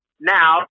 now